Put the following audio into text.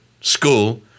School